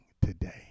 today